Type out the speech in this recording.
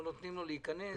לא נותנים לו להיכנס.